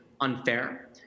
unfair